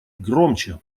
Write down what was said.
громче